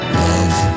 love